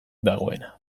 dagoena